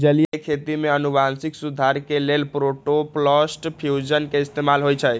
जलीय खेती में अनुवांशिक सुधार के लेल प्रोटॉपलस्ट फ्यूजन के इस्तेमाल होई छई